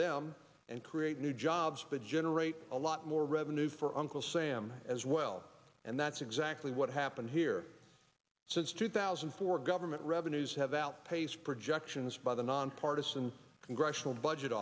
them and create new jobs but generate a lot more revenue for uncle sam as well and that's exactly what happened here since two thousand and four government revenues have outpaced projections by the nonpartisan congressional budget